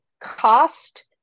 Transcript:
cost